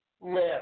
live